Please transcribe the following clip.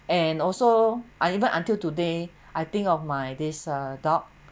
and also I even until today I think of my this uh dog